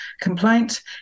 complaint